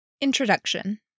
Introduction